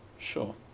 sure